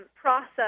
process